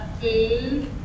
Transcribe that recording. food